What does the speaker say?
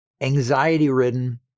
anxiety-ridden